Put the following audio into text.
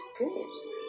Good